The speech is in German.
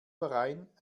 verein